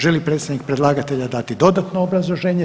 Želi li predstavnik predlagatelja dati dodatno obrazloženje?